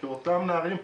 כי אותם נערים,